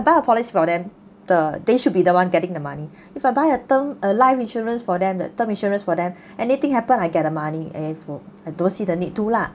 buy a policy for them the they should be the one getting the money if I buy a term uh life insurance for them the term insurance for them anything happen I get the money eh I don't see the need to lah